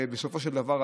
בסופו של דבר,